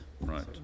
Right